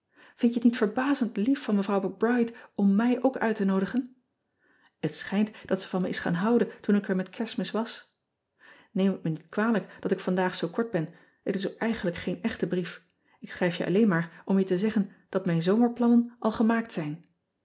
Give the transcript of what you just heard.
ind je het niet verbazend lief van evrouw c ride om me ook uit te noodigen et schijnt dat ze van me is gaan houden toen ik er met erstmis was eem het me niet kwalijk dat ik vandaag zoo kort ben et is ook eigenlijk geen echte brief k schrijf je alleen maar om je te zeggen dat mijn zomerplannen al gemaakt zijn